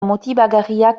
motibagarriak